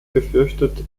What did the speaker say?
gefürchtet